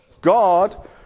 God